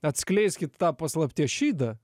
atskleiskit tą paslapties šydą